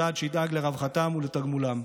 צעד שידאג לרווחתם ולתגמולם.